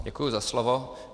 Děkuji za slovo.